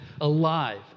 alive